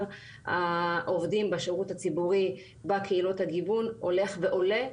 העובדים בשירות הציבורי בקהילות הגיוון הולך ועולה,